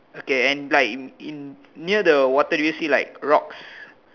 okay and like in in near the water do you see like rocks